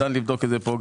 ניתן לבדוק את זה פה,